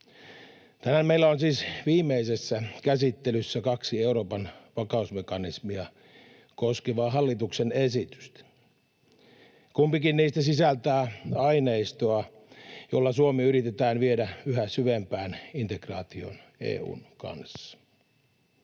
Tänään meillä on siis viimeisessä käsittelyssä kaksi Euroopan vakausmekanismia koskevaa hallituksen esitystä. Kumpikin niistä sisältää aineistoa, jolla Suomi yritetään viedä yhä syvempään integraatioon EU:n kanssa.